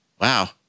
Wow